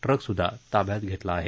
ट्रकसुदधा ताब्यात घेतला आहे